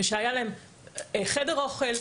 שהיה להם חדר אוכל,